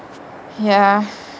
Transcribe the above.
ya